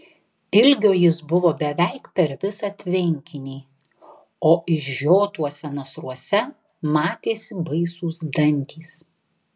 ilgio jis buvo beveik per visą tvenkinį o išžiotuose nasruose matėsi baisūs dantys